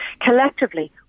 collectively